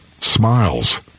smiles